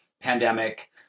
pandemic